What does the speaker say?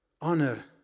Honor